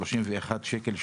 שלושים ואחד שקל,